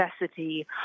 necessity